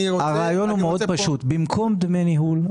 הרעיון מאוד פשוט במקום דמי ניהול,